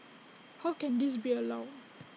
how can this be allowed